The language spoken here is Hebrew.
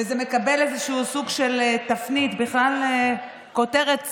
וזה מקבל איזשהו סוג של תפנית, בכלל כותרת צד,